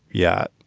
yeah,